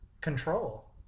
Control